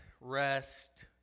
rest